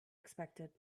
expected